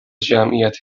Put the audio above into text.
جمعیت